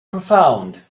profound